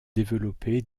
développer